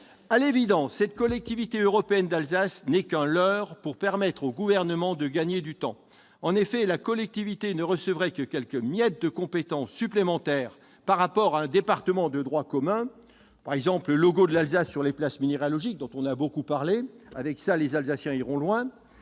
À l'évidence, cette Collectivité européenne d'Alsace n'est qu'un leurre pour permettre au Gouvernement de gagner du temps. En effet, la collectivité ne recevrait que quelques miettes de compétences supplémentaires par rapport à un département de droit commun. Il s'agit par exemple du logo de l'Alsace sur les plaques minéralogiques. Avec cela, les Alsaciens iront loin